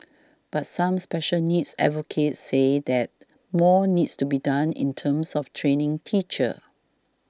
but some special needs advocates say that more needs to be done in terms of training teachers